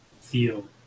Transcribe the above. feel